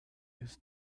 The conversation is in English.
his